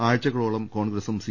ആഴ്ചകളോളം കോൺഗ്രസും സി